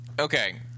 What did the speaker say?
Okay